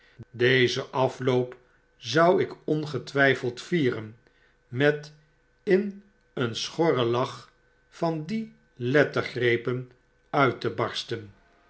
dezen afloop zou ik ongetwyfeld vieren met in een schorren lach van die lettergrepen uit te barsten